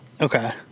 Okay